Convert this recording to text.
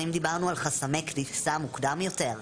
אם דיברנו על חסמי כניסה מוקדם יותר,